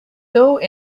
though